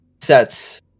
sets